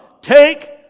take